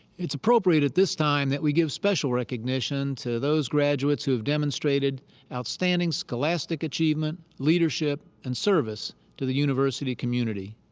it's appropriate at this time that we give special recognition to those graduates who have demonstrated outstanding scholastic achievement, leadership, and service to the university community.